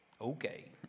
Okay